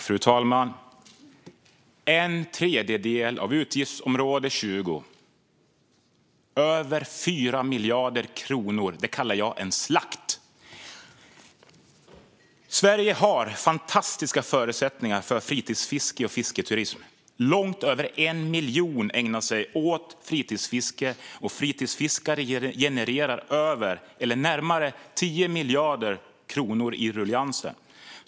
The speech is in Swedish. Fru talman! En tredjedel av utgiftsområde 20, över 4 miljarder kronor - det kallar jag en slakt! Sverige har fantastiska förutsättningar för fritidsfiske och fisketurism. Långt över 1 miljon ägnar sig åt fritidsfiske, och fritidsfiskare genererar närmare 10 miljarder kronor i ruljangsen.